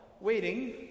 waiting